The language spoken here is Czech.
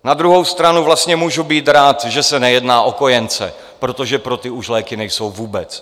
Na druhou stranu vlastně můžu být rád, že se nejedná o kojence, protože pro ty už léky nejsou vůbec.